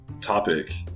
topic